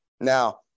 Now